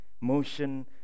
Motion